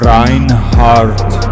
Reinhardt